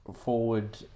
forward